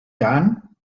done